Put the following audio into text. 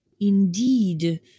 Indeed